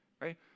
Right